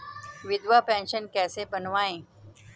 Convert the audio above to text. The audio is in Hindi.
विधवा पेंशन कैसे बनवायें?